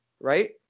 right